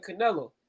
Canelo